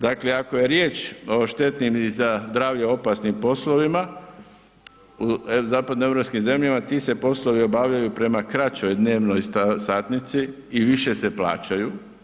Dakle, ako je riječ o štetnim i za zdravlje opasnim poslovima u zapadnoeuropskim zemljama, ti se poslovi obavljaju prema kraćoj dnevnoj satnici i više se plaćaju.